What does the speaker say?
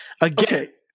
Again